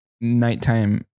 nighttime